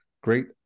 great